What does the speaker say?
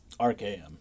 RKM